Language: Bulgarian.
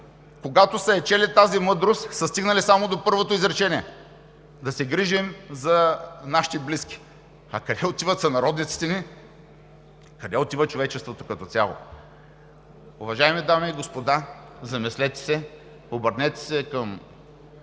когато са чели тази мъдрост, са стигнали само до първото изречение – „да се грижим за нашите близки“, а къде отиват сънародниците ни, къде отива човечеството като цяло? Уважаеми дами и господа, замислете се, обърнете се към